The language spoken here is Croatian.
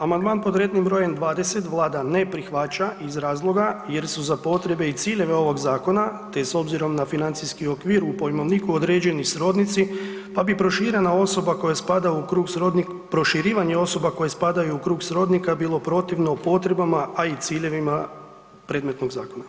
Amandman pod rednim br. 20 vlada ne prihvaća iz razloga jer su za potrebe i ciljeve ovog zakona, te s obzirom na financijski okvir u pojmovniku određeni srodnici, pa bi proširena osoba koja spada u krug srodnih, proširivanje osoba koje spadaju u krug srodnika bilo protivnom potrebama, a i ciljevima predmetnog zakona.